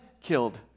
killed